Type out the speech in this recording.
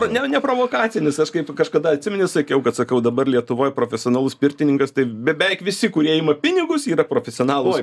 ne neprovokacinis aš kaip tu kažkada atsimeni sakiau kad sakau dabar lietuvoj profesionalus pirtininkas tai beveik visi kurie ima pinigus yra profesionalūs